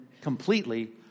completely